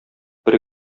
бер